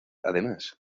además